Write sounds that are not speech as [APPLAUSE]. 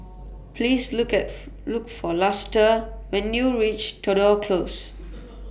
Please Look [UNINTELLIGIBLE] Look For Luster when YOU REACH Tudor Close